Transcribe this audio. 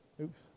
Oops